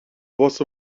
was